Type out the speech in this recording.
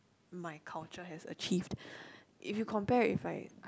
my culture has achieved if you compare with right